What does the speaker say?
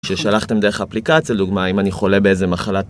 כששלחתם דרך אפליקציה, לדוגמה, אם אני חולה באיזה מחלת...